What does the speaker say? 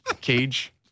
cage